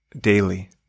daily